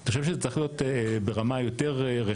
אני חושב שזה צריך להיות ברמה יותר רחבה,